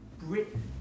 Britain